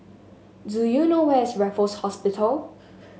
do you know where is Raffles Hospital